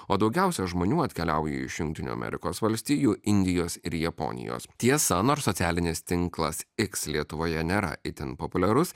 o daugiausia žmonių atkeliauja iš jungtinių amerikos valstijų indijos ir japonijos tiesa nors socialinis tinklas iks lietuvoje nėra itin populiarus